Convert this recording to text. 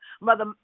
Mother